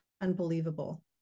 unbelievable